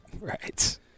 Right